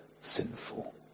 sinful